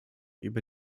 über